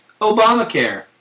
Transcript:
Obamacare